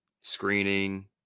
screening